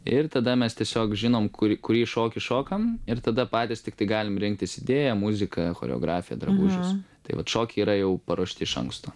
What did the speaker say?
ir tada mes tiesiog žinom kur kurį šokį šokam ir tada patys tiktai galim rinktis idėją muziką choreografiją drabužius tai vat šokiai yra jau paruošti iš anksto